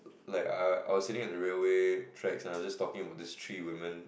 like I was sitting on the railway tracks and I was just talking about this three women